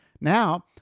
Now